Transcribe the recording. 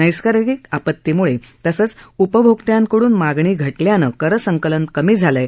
नैसर्गिक आपतीमुळे तसंच उपभोक्त्यांकडून मागणी घटल्यानं कर संकलन कमी झालंय